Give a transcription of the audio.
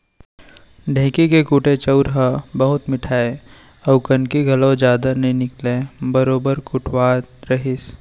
ढेंकी के कुटे चाँउर ह बहुत मिठाय अउ कनकी घलौ जदा नइ निकलय बरोबर कुटावत रहिस